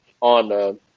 on